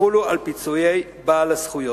יחולו על פיצוי בעל הזכויות.